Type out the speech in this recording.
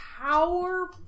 power